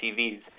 TVs